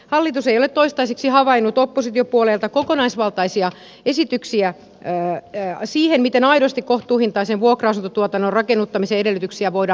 hallitus ei ole toistaiseksi havainnut oppositiopuolueilta kokonaisvaltaisia esityksiä siihen miten aidosti kohtuuhintaisen vuokra asuntotuotannon rakennuttamisen edellytyksiä voidaan parantaa